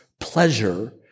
pleasure